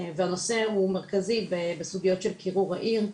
והנושא הוא מרכזי בסוגיות קירור העיר.